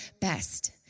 best